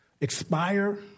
expire